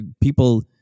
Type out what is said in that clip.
people